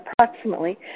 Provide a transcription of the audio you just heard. approximately